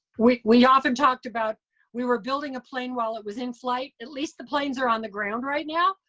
we we often talked about we were building a plane while it was in flight. at least the planes are on the ground right now,